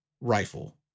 rifle